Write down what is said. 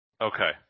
Okay